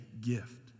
gift